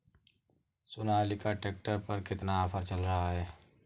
Sonalika tractor पर कितना offer चल रहा है?